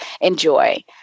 enjoy